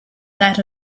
that